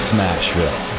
Smashville